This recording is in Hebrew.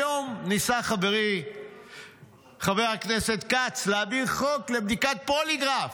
היום ניסה חברי חבר הכנסת כץ להעביר חוק על בדיקת פוליגרף